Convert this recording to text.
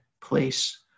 place